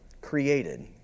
created